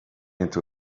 into